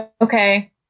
Okay